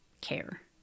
care